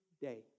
day